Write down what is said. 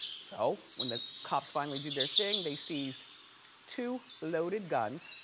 so when the cops finally did their thing, they seized two loaded guns,